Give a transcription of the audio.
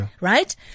Right